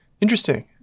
interesting